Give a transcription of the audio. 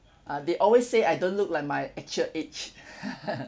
uh they always say I don't look like my actual age